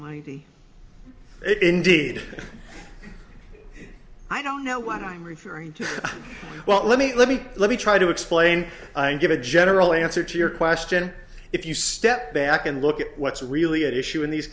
it indeed i don't know what i'm referring to well let me let me let me try to explain and give a general answer to your question if you step back and look at what's really at issue in these